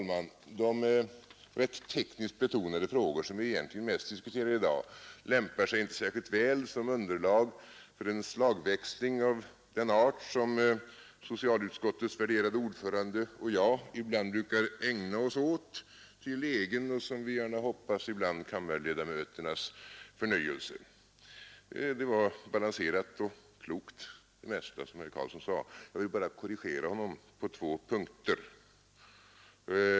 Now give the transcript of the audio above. De rätt tekniskt betonade frågor som vi mest diskuterar i dag lämpar sig inte särskilt väl som underlag för en slagväxling av den art som socialutskottets värderade ordförande och jag ibland brukar ägna oss åt till egen och, som vi gärna hoppas, ibland kammarledamöternas förnöjelse. Det var balanserat och klokt det mesta som herr Karlsson sade. Jag vill bara korrigera honom på två punkter.